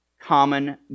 common